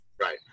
right